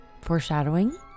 foreshadowing